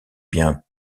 bien